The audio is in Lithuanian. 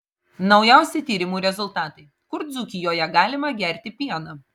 naujausi tyrimų rezultatai kur dzūkijoje galima gerti pieną